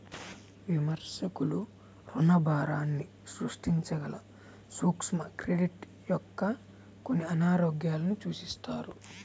విమర్శకులు రుణభారాన్ని సృష్టించగల సూక్ష్మ క్రెడిట్ యొక్క కొన్ని అనారోగ్యాలను సూచిస్తారు